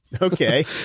okay